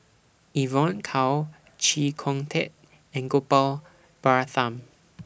Evon Kow Chee Kong Tet and Gopal Baratham